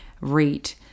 rate